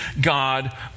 God